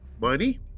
money